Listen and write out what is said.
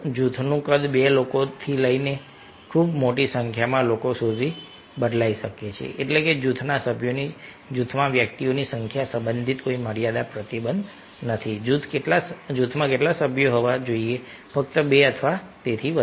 જૂથનું કદ 2 લોકોથી લઈને ખૂબ મોટી સંખ્યામાં લોકો સુધી બદલાઈ શકે છે એટલે કે જૂથના સભ્યોની જૂથમાં વ્યક્તિઓની સંખ્યા સંબંધિત કોઈ મર્યાદા પ્રતિબંધ નથી જૂથમાં કેટલા સભ્યો હોવા જોઈએ ફક્ત 2 અથવા વધુ